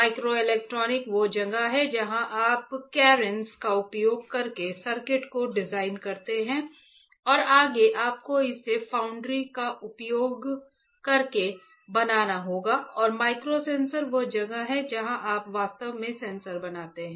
microelectronic वह जगह है जहां आप कैरेंस का उपयोग करके सर्किट को डिजाइन करते हैं और आगे आपको इसे फाउंड्री का उपयोग करके बनाना होगा और माइक्रोसेंसर वह जगह है जहां आप वास्तव में सेंसर बनाते हैं